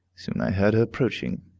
soon i heard her approaching.